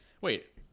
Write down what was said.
wait